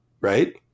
right